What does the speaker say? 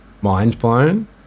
mind-blown